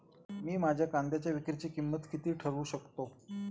मी माझ्या कांद्यांच्या विक्रीची किंमत किती ठरवू शकतो?